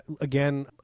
Again